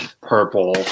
purple